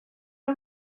are